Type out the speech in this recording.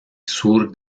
sur